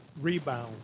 rebound